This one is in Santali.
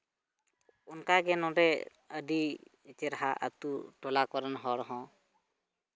ᱚᱱᱠᱟᱜᱮ ᱱᱚᱸᱰᱮ ᱟᱹᱰᱤ ᱪᱮᱦᱨᱟ ᱟᱹᱛᱩ ᱴᱚᱞᱟ ᱠᱚᱨᱮᱱ ᱦᱚᱲ ᱦᱚᱸ